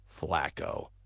Flacco